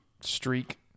streak